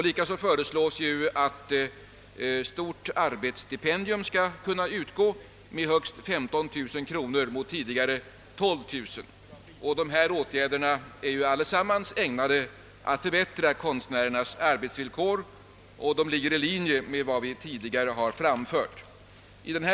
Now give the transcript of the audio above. Likaså föreslås att stort arbetsstipendium skall kunna utgå med högst 15 000 kronor mot tidigare 12 000 kronor. Dessa åtgärder är allesammans: ägnade att förbättra konstnärernas arbetsvillkor, och de ligger i linje med vad vi tidigare framfört önskemål om.